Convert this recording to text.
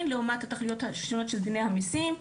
לעומת התכליות השונות של דיני המיסים,